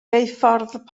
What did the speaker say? geuffordd